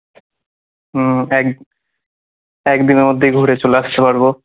হুম এক এক দিনের মধ্যেই ঘুরে চলে আসতে পারবো